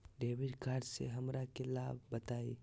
Debit card से हमरा के लाभ बताइए?